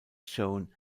shown